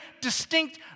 distinct